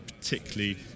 particularly